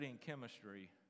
chemistry